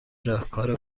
راهکار